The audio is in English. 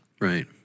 Right